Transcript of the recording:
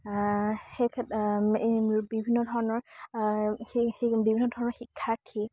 সেই বিভিন্ন ধৰণৰ বিভিন্ন ধৰণৰ শিক্ষাৰ্থী